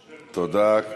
תודה.